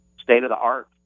state-of-the-art